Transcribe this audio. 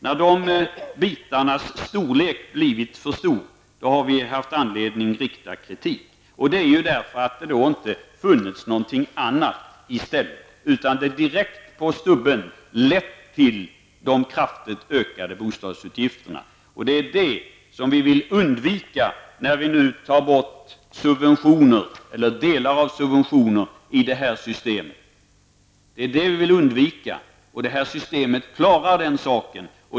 Då bitarna har blivit för stora har vi haft anledning att rikta kritik mot er. Orsaken har då varit att det inte har funnits någonting annat i stället, varför förslagen omedelbart skulle ha lett till en kraftig ökning av bostadsutgifterna. Detta vill vi undvika när vi nu tar bort subventioner eller delar av subventioner. Vårt förslag till system klarar den saken.